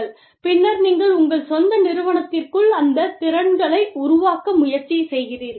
பின்னர் நீங்கள் உங்கள் சொந்த நிறுவனத்திற்குள் அந்த திறன்களை உருவாக்க முயற்சி செய்கிறீர்கள்